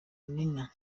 nina